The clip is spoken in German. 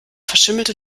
verschimmelte